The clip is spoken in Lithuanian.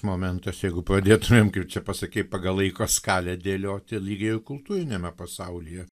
momentas jeigu pradėtumėm kaip čia pasakei pagal laiko skalę dėlioti lygiau kultūriniame pasaulyje